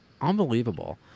Unbelievable